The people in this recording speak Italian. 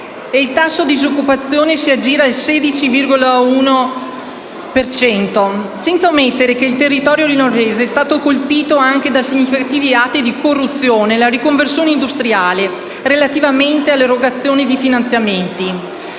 il tasso di disoccupazione si aggira sul 16,1 per cento. Non si può poi omettere che il territorio livornese è stato colpito anche da significativi atti di corruzione nella riconversione industriale, relativamente all'erogazione di finanziamenti.